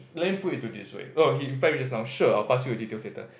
let me put to this way well he reply me just now sure I'll pass you the details later